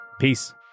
Peace